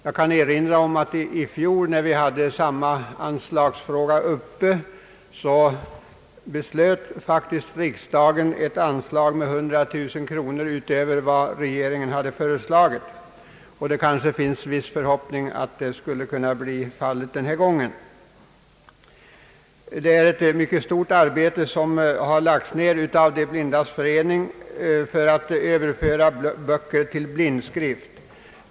Jag kan erinra om att i fjol, när vi hade samma anslagsfråga uppe, beslöt riksdagen faktiskt ett anslag som låg 100 000 kronor över vad regeringen hade föreslagit, så det kanske finns en viss förhoppning om att så skall kunna bli fallet även den här gången. De blindas förening har lagt ned ett mycket stort arbete på att överföra böcker till blindskrift.